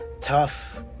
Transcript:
tough